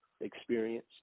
experience